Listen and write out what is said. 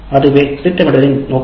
அதுவே திட்டமிடலின் நோக்கம்